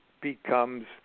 becomes